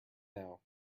now